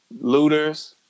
looters